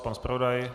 Pan zpravodaj?